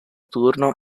turno